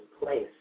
place